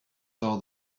saw